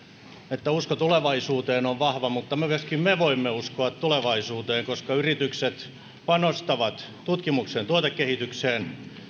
että usko tulevaisuuteen on vahva mutta myöskin me voimme uskoa tulevaisuuteen koska yritykset panostavat tutkimukseen ja tuotekehitykseen